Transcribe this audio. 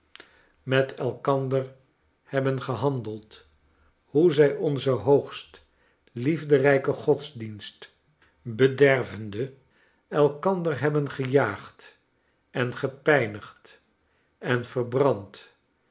met elkander hebben gehandeld hoe zij onzenhoogst liefderijken godsdienst bedervende elkander hebben gejaagd en gepynigd verbrand